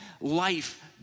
life